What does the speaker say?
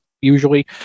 usually